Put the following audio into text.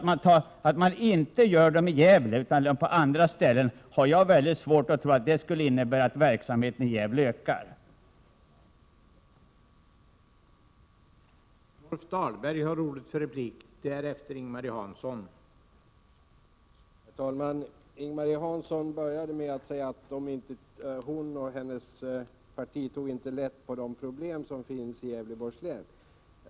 Om man inte gör dem i Gävle utan på något annat ställe, har jag svårt att inse att den flyttningen leder till att verksamheten i Gävle skulle öka.